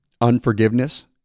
unforgiveness